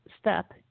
step